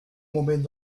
moment